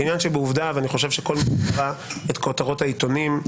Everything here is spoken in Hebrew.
כעניין שבעובדה ואני חושב שכל מי שיקרא את כותרות העיתונים,